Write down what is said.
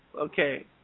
Okay